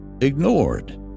ignored